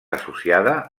associada